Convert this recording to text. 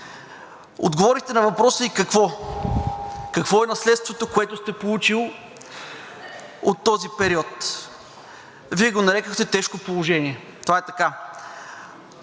Отговорихте на въпроса и какво – какво е наследството, което сте получили от този период? Вие го нарекохте тежко положение – това е така.